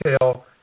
tell